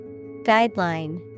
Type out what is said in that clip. Guideline